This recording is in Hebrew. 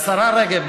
לשרה רגב,